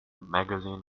magazine